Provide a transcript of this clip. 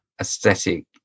aesthetic